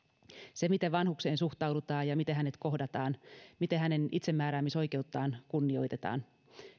se miten vanhukseen suhtaudutaan ja miten hänet kohdataan miten hänen itsemääräämisoikeuttaan kunnioitetaan